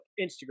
Instagram